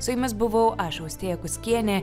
su jumis buvau aš austėja kuskienė